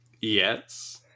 yes